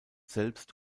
selbst